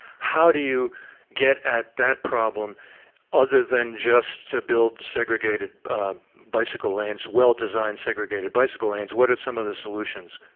how do you get at that problem other than just to build segregated bicycle lanes, well-designed, segregated bicycle lanes? what are some of the solutions?